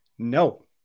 no